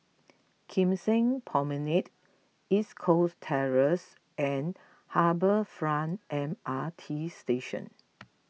Kim Seng Promenade East Coast Terrace and Harbour Front M R T Station